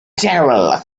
general